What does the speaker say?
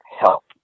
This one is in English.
help